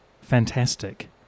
fantastic